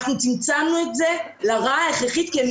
אנחנו צמצמנו את זה לרע ההכרחי כי אני